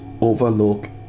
overlook